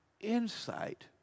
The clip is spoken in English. insight